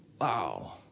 Wow